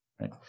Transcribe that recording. right